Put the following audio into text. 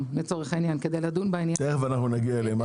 לצורך העניין כדי לדון בעניין --- תיכף אנחנו נגיע אליהם,